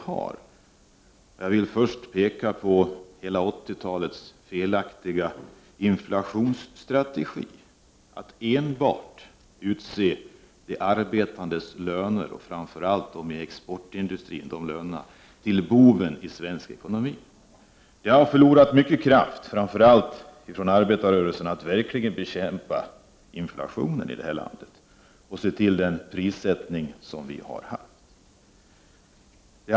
Först vill jag peka på hela 80-talets felaktiga inflationsstrategi — att enbart utse de arbetandes löner, och framför allt lönerna i exportindustrin, till boven i svensk ekonomi. Det har förlorats mycket kraft, framför allt från arbetarrörelsen, för att verkligen bekämpa inflationen här i landet och räkna med den prissättning som vi har haft.